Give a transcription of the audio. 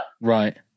Right